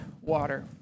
water